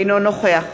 אינו נוכח